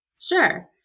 Sure